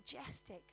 majestic